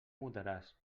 mudaràs